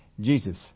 Jesus